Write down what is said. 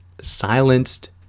silenced